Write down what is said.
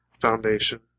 foundation